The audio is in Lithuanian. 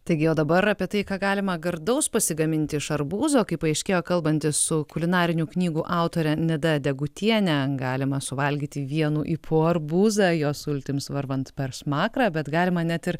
taigi o dabar apie tai ką galima gardaus pasigaminti iš arbūzo kaip paaiškėjo kalbantis su kulinarinių knygų autore nida degutiene galima suvalgyti vienu ypu arbūzą jo sultims varvant per smakrą bet galima net ir